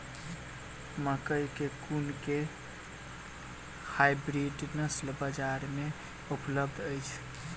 मकई केँ कुन केँ हाइब्रिड नस्ल बजार मे उपलब्ध अछि?